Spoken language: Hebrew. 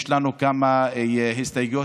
יש לנו כמה הסתייגויות,